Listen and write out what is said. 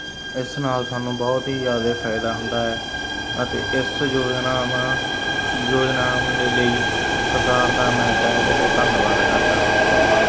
ਇਸ ਨਾਲ ਸਾਨੂੰ ਬਹੁਤ ਹੀ ਜ਼ਿਆਦਾ ਫਾਇਦਾ ਹੁੰਦਾ ਹੈ ਅਤੇ ਇਸ ਯੋਜਨਾਵਾਂ ਯੋਜਨਾਵਾਂ ਦੇ ਲਈ ਸਰਕਾਰ ਦਾ ਮੈਂ ਤਹਿ ਦਿਲੋਂ ਧੰਨਵਾਦ ਕਰਦਾ ਹਾਂ